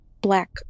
black